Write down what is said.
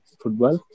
football